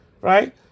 right